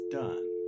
done